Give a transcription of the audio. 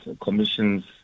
commissions